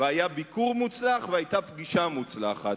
והיה ביקור מוצלח והיתה פגישה מוצלחת,